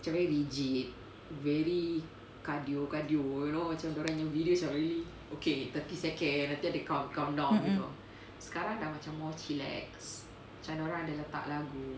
mmhmm